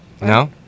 No